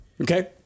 Okay